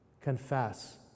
confess